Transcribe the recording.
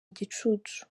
igicucu